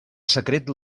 secret